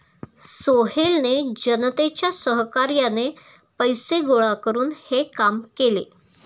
सोहेलने जनतेच्या सहकार्याने पैसे गोळा करून हे काम केले